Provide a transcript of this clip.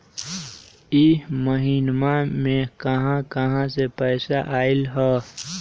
इह महिनमा मे कहा कहा से पैसा आईल ह?